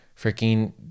freaking